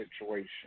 situation